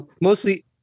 mostly